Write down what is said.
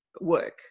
work